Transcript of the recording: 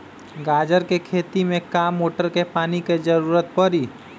गाजर के खेती में का मोटर के पानी के ज़रूरत परी?